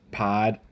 pod